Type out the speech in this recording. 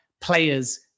players